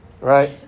Right